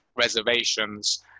reservations